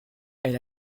elle